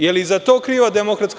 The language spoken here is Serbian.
Jel i za to kriva DS?